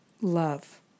love